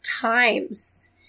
times